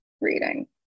reading